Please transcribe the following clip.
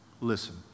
listen